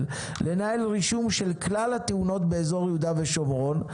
לנהל רישום של כלל התאונות באזור יהודה ושומרון,